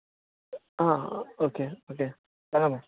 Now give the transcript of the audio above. आं okay okay